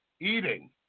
eating